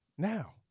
Now